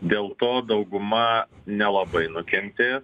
dėl to dauguma nelabai nukentė